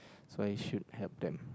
so I should help them